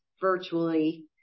virtually